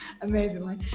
Amazingly